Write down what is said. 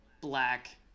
black